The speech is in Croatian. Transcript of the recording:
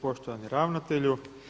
Poštovani ravnatelju.